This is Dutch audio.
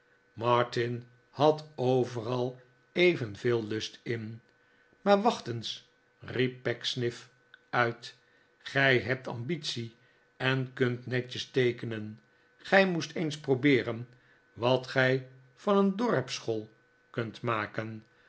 martin had overal evenveel lust in maar wacht eens riep pecksniff uit gij hebt ambitie en kunt netjes teekenen gij moest eens probeeren wat gij van een dorpsschool kunt maken